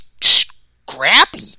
scrappy